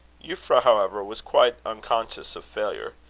euphra, however, was quite unconscious of failure.